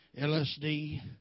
LSD